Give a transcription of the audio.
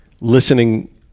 listening